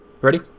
Ready